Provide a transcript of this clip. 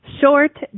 short